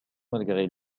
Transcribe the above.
malgré